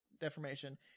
deformation